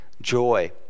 joy